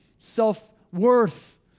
self-worth